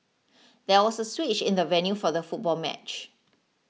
there was a switch in the venue for the football match